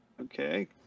Okay